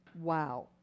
Wow